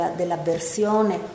dell'avversione